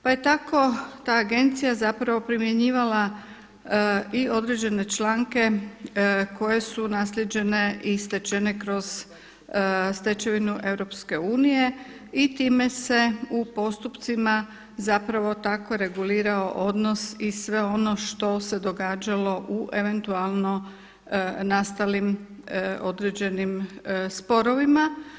Pa je tako ta agencija zapravo primjenjivala i određene članke koje su naslijeđene i stečene kroz stečevinu EU i time se u postupcima zapravo tako regulirao odnos i sve ono što se događalo u eventualno nastalim određenim sporovima.